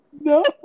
No